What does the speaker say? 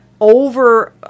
over